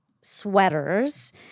sweaters